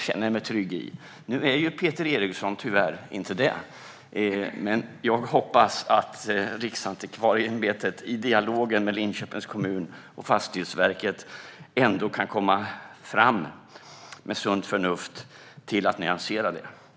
Men nu är Peter Eriksson tyvärr inte det, men jag hoppas att Riksantikvarieämbetet i dialogen med Linköpings kommun och Fastighetsverket med sunt förnuft ändå kan komma fram till en nyansering av detta.